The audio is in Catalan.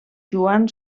joan